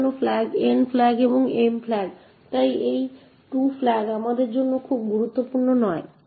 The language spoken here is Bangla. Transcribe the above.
অন্যান্য ফ্ল্যাগ N ফ্ল্যাগ এবং M ফ্ল্যাগ তাই এই 2 ফ্ল্যাগ আমাদের জন্য খুব গুরুত্বপূর্ণ নয়